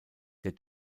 der